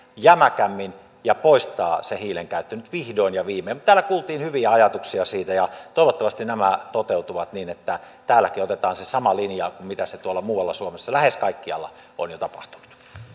jämäkämmin ja poistaa se hiilen käyttö nyt vihdoin ja viimein täällä kuultiin hyviä ajatuksia siitä ja toivottavasti nämä toteutuvat niin että täälläkin otetaan se sama linja kuin mitä tuolla muualla suomessa lähes kaikkialla on jo tapahtunut